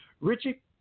Richie